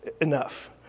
enough